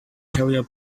carrier